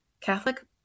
Catholic